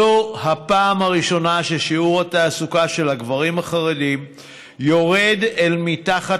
זו הפעם הראשונה ששיעור התעסוקה של הגברים החרדים יורד אל מתחת